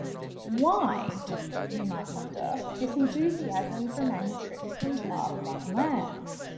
why you might wonder this enthusiasm for manuscripts from far-flung lands?